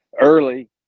early